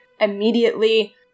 Immediately